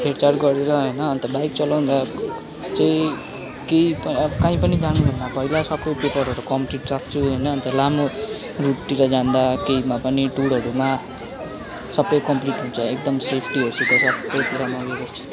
हेरचाह गरेर होइन अन्त बाइक चलाँउदा चाहिँ केही कहीँ पनि जानुभन्दा पहिला सबै पेपरहरू कम्प्लिट राख्छु होइन अन्त लामो ड्युटीतिर जाँदा केहीमा पनि टुरहरूमा सबै कम्प्लिट हुन्छ एकदम सेफटीहरूसित सबै कुरामा ऊ यो गर्छु